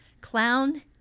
clown